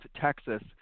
Texas